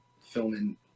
filming